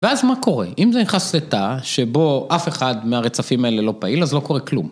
ואז מה קורה? אם זה נכנס לתא, שבו אף אחד מהרצפים האלה לא פעיל, אז לא קורה כלום.